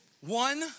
One